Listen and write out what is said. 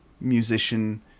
musician